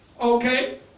Okay